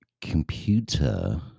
computer